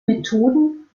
methoden